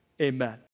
amen